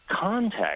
context